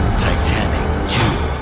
titanic two.